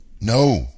no